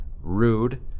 rude